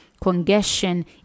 Congestion